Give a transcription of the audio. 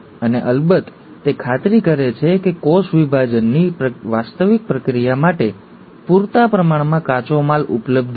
અને અલબત્ત તે ખાતરી કરે છે કે કોષ વિભાજનની વાસ્તવિક પ્રક્રિયા માટે પૂરતા પ્રમાણમાં કાચો માલ ઉપલબ્ધ છે